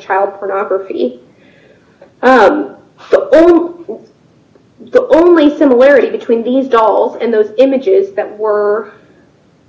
child pornography the only similarity between these dolls and those images that were